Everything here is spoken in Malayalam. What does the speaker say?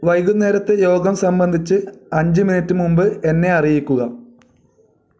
വൈകുന്നേരത്തെ യോഗം സംബന്ധിച്ച് അഞ്ച് മിനിറ്റ് മുമ്പ് എന്നെ അറിയിക്കുക